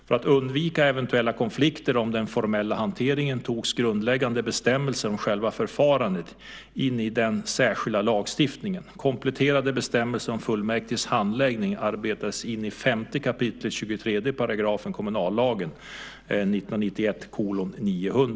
För att undvika eventuella konflikter om den formella hanteringen togs grundläggande bestämmelser om själva förfarandet in i den särskilda lagstiftningen. Kompletterande bestämmelser om fullmäktiges handläggning arbetades in i 5 kap. 23 § kommunallagen .